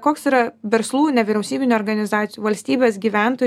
koks yra verslų nevyriausybinių organizacijų valstybės gyventoj